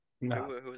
No